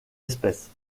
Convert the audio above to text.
espèces